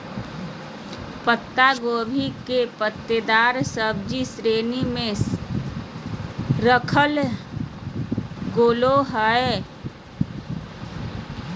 पत्ता गोभी के पत्तेदार सब्जि की श्रेणी में रखल गेले हें